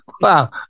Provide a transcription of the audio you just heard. Wow